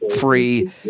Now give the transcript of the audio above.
free